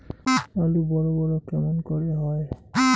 আলু বড় বড় কেমন করে হয়?